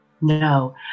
No